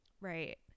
right